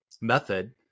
method